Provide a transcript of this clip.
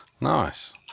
nice